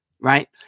right